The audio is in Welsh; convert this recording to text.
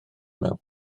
mewn